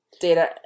data